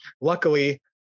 luckily